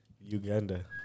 Uganda